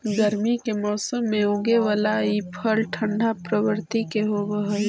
गर्मी के मौसम में उगे बला ई फल ठंढा प्रवृत्ति के होब हई